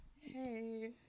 Hey